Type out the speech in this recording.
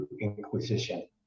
Inquisition